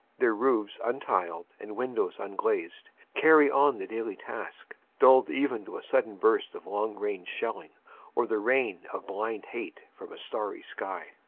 their roofs untiled and windows unglazed, carry on the daily task, dulled even to a sudden burst of long-range shelling or the rain of blind hate from a starry sky.